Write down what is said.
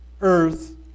earth